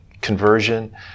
conversion